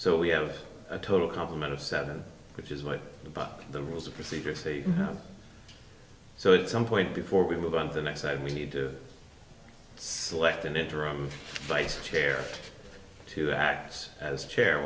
so we have a total complement of seven which is what about the rules of procedure say so it's some point before we move on to the next item we need to select an interim vice chair to act as chair